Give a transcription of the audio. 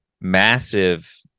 massive